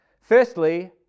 Firstly